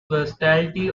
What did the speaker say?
versatility